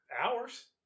hours